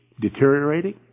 deteriorating